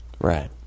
Right